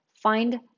find